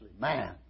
man